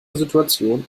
situation